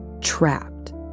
trapped